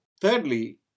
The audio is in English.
Thirdly